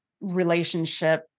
relationship